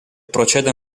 procede